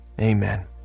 Amen